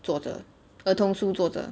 作者儿童书作者